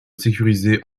sécuriser